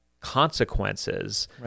consequences